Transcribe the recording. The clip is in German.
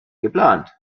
geplant